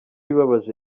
ibabaje